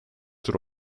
tur